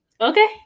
okay